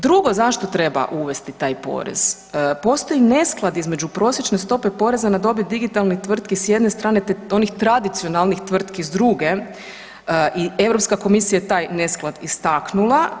Drugo zašto treba uvesti taj porez, postoji nesklad između prosječne stope poreza na dobit digitalnih tvrtki s jedne strane te onih tradicionalnih tvrtki s druge i Europska komisija je taj nesklad istaknula.